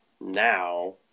now